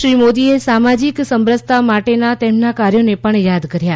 શ્રી મોદીએ સામાજિક સમરસતા માટેના તેમના કાર્યોને પણ યાદ કર્યા